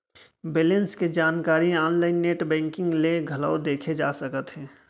balance के जानकारी online net banking ले घलौ देखे जा सकत हे